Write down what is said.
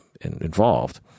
involved